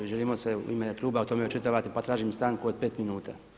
Želimo se u ime kluba o tome očitovati pa tražim stanku od pet minuta.